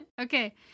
Okay